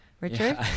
Richard